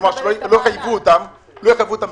כלומר שלא יחייבו אותן במס,